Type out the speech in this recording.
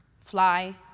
Fly